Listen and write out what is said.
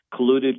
colluded